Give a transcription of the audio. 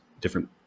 different